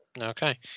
Okay